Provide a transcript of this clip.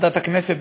הודעת ועדת הכנסת,